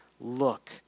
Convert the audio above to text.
look